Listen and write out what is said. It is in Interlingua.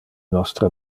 nostre